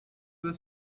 were